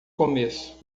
começo